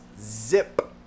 zip